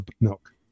milk